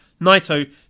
Naito